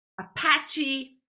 Apache